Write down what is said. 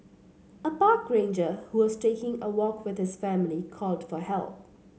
a park ranger who was taking a walk with his family called for help